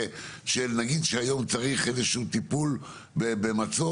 של נגיד שהיום צריך איזשהו טיפול במצוק,